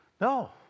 No